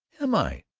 am i?